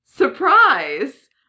Surprise